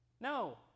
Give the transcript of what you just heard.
No